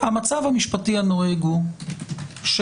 המשפטי הנוהג הוא,